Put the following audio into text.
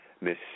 Miss